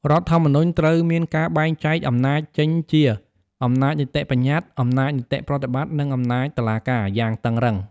រដ្ឋធម្មនុញ្ញ ត្រូវមានការបែងចែកអំណាច ចេញជា អំណាចនីតិបញ្ញត្តិ អំណាចនីតិប្រតិបត្តិ និងអំណាចតុលាការ យ៉ាងតឹងរ៉ឹង។